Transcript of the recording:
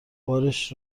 بارش